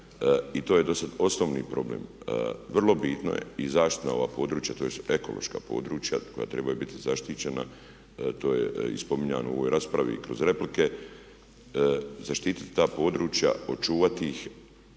i to je dosad osnovni problem. Vrlo bitno je i zaštitna ova područja tj. ekološka područja koja trebaju biti zaštićena, to je i spominjano u ovoj raspravi i kroz replike, zaštiti ta područja, očuvati ih